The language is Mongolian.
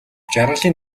жаргалын